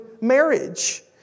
marriage